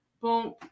Boom